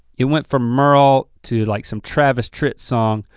it went from merle to like some travis tritt song.